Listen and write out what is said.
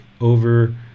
over